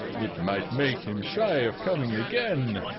it might make him shy of coming again.